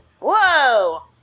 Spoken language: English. Whoa